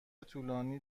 طولانی